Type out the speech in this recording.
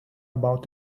about